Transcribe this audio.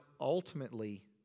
ultimately